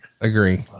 Agree